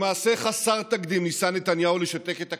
במעשה חסר תקדים ניסה נתניהו לשתק את הכנסת,